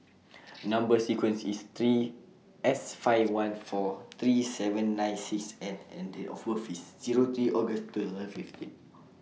Number sequence IS three S five one four three seven nine six N and Date of birth IS Zero three August Third fifteen